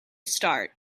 start